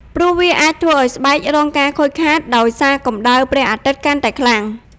ព្រោះវាអាចធ្វើឲ្យស្បែករងការខូចខាតដោយសារកម្ដៅព្រះអាទិត្យកាន់តែខ្លាំង។